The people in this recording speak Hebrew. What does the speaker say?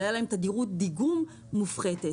כלומר, הייתה להם תדירות דיגום מופחתת.